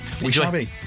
Enjoy